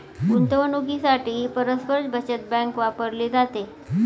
गुंतवणुकीसाठीही परस्पर बचत बँक वापरली जाते